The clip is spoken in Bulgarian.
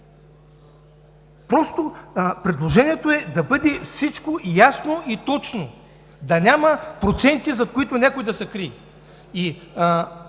Просто предложението е да бъде всичко ясно и точно, да няма проценти, зад които някой да се крие.